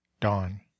dawn